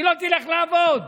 היא לא תלך לעבוד.